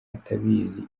atabizi